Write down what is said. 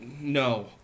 no